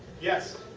yes.